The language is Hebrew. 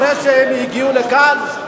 שאחרי שהם הגיעו לכאן,